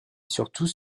surtout